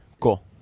Cool